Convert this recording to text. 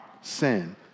sin